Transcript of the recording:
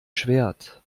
schwert